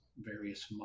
various